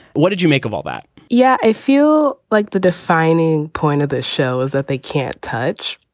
what did you make of all that? yeah, i feel like the defining point of this show is that they can't touch.